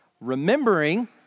remembering